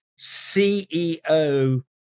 CEO